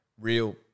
real